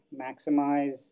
maximize